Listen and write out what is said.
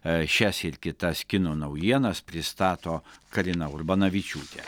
šias ir kitas kino naujienas pristato karina urbanavičiūtė